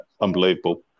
unbelievable